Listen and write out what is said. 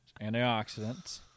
Antioxidants